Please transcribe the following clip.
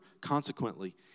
Consequently